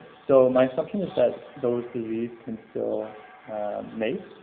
so my assumption is that those disease can still mate,